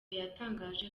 yatangaje